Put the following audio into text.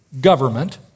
government